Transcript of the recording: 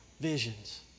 visions